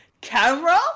camera